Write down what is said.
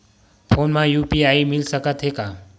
Phone मा UPI मिल सकत हे का?